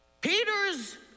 Peter's